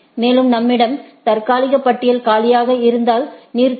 மேலும் நம்மிடம் தற்காலிக பட்டியல் காலியாக இருந்தால் நிறுத்தவும்